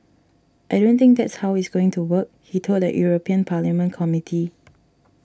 I don't think that's how it's going to work he told a European Parliament Committee